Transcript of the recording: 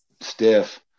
stiff